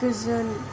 गोजोन